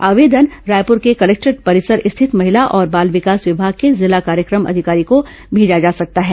आवेदन रायपुर के कलेक्टोरेट परिसर स्थित महिला और बाल विकास विभाग के अधिकारी को भेजा जा सकता है